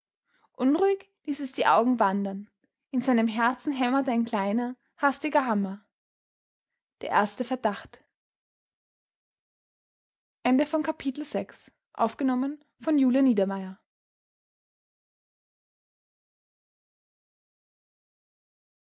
unruhig ließ es die augen wandern in seinem herzen hämmerte ein kleiner hastiger hammer der erste verdacht